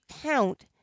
count